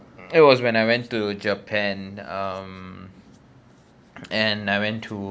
it was when I went to japan um and I went to